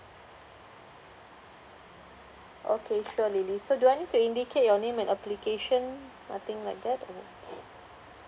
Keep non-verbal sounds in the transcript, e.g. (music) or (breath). okay sure lily so do I need to indicate your name when application nothing like that or (breath)